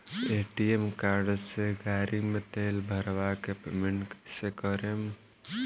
ATM card से गाड़ी मे तेल भरवा के पेमेंट कैसे करेम?